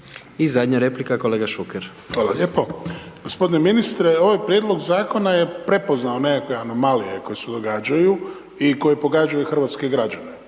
I zadnja replika, kolega Šuker. **Šuker, Ivan (HDZ)** Hvala lijepo. Gospodine ministre, ovaj prijedlog zakona je prepoznao nekakve anomalije, koje se događaju i koje pogađaju hrvatske građane.